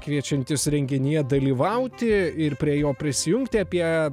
kviečiantys renginyje dalyvauti ir prie jo prisijungti apie